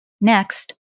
Next